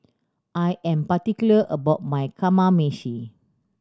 I am particular about my Kamameshi